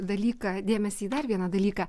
dalyką dėmesį į dar vieną dalyką